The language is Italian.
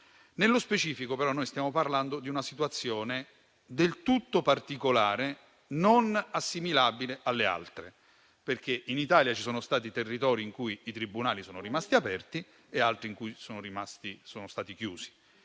Nello specifico, però, stiamo parlando di una situazione del tutto particolare, non assimilabile alle altre, perché in Italia ci sono territori in cui i tribunali sono rimasti aperti e altri in cui sono stati chiusi.